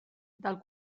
del